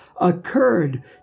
occurred